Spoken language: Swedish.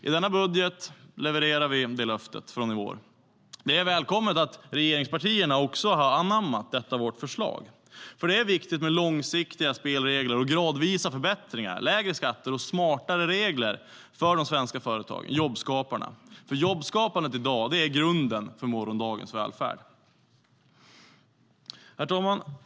I denna budget levererar vi löftet från i våras. Det är välkommet att regeringspartierna också har anammat detta vårt förslag. Det är viktigt med långsiktiga spelregler och gradvisa förbättringar, lägre skatter och smartare regler för de svenska företagen - jobbskaparna. Jobbskapandet i dag är grunden för morgondagens välfärd. Herr talman!